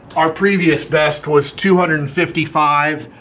our previous best was two hundred and fifty five.